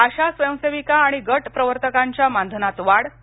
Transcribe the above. आशा स्वयंसेविका आणि गट प्रवर्तकांच्या मानधनात वाढ जाहीर